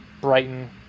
Brighton